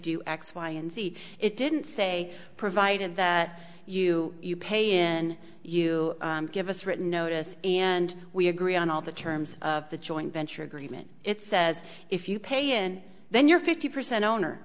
do x y and z it didn't say provided that you pay in you give us written notice and we agree on all the terms of the joint venture agreement it says if you pay and then you're fifty percent owner